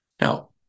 Now